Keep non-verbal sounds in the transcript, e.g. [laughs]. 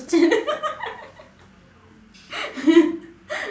~tion [laughs]